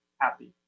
happy